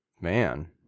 man